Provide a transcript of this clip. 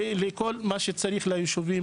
ולכל מה שצריך ליישובים.